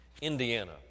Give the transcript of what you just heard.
Indiana